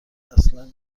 اصلا